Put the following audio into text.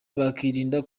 bakirinda